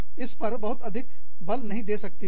इस पर बहुत अधिक बल नहीं दे सकती हूँ